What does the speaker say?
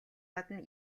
гадна